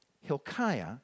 Hilkiah